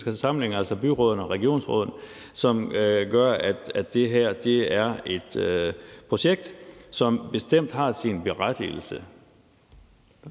forsamlinger, altså byråd og regionsråd, som gør, at det her er et projekt, som bestemt har sin berettigelse.